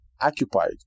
occupied